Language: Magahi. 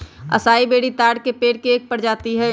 असाई बेरी ताड़ के पेड़ के एक प्रजाति हई